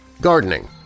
gardening